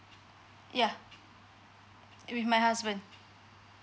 yeah with my husband